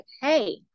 Hey